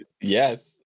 Yes